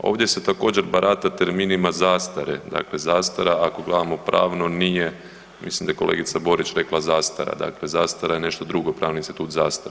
Ovdje se također barata terminima zastare, dakle zastara ako gledamo pravno nije, mislim da je kolegica Borić rekla zastara, dakle zastara je nešto drugo, pravni institut zastare.